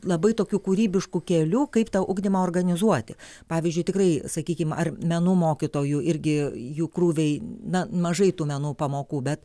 labai tokių kūrybiškų kelių kaip tą ugdymą organizuoti pavyzdžiui tikrai sakykim ar menų mokytojų irgi jų krūviai na mažai tų menų pamokų bet